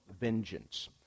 vengeance